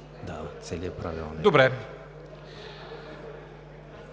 за избор от Народното събрание: